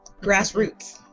Grassroots